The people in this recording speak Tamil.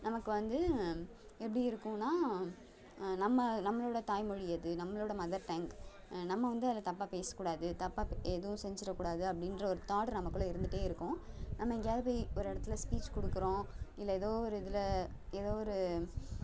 நமக்கு வந்து எப்படி இருக்கும்னால் நம்ம நம்மளோடய தாய்மொழி எது நம்மளோடய மதர் டங் நம்ம வந்து அதை தப்பாக பேசக்கூடாது தப்பாக பே எதுவும் செஞ்சுடக்கூடாது அப்படீன்ற ஒரு தாட் நமக்குள்ள இருந்துகிட்டே இருக்கும் நம்ம எங்கேயாவது போய் ஒரு இடத்துல ஸ்பீச் கொடுக்குறோம் இல்லை ஏதோ ஒரு இதில் ஏதோ ஒரு